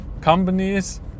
companies